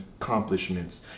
accomplishments